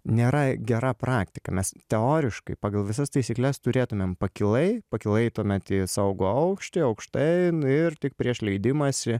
nėra gera praktika mes teoriškai pagal visas taisykles turėtumėm pakilai pakilai tuomet į saugų aukštį aukštai ir tik prieš leidimąsi